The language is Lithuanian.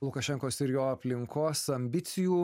lukašenkos ir jo aplinkos ambicijų